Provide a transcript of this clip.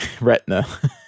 retina